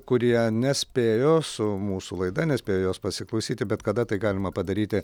kurie nespėjo su mūsų laida nespėjo jos pasiklausyti bet kada tai galima padaryti